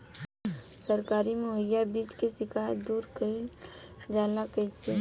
सरकारी मुहैया बीज के शिकायत दूर कईल जाला कईसे?